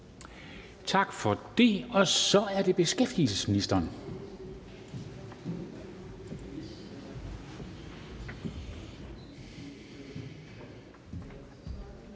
Tak for det. Så er det beskæftigelsesministeren.